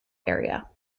area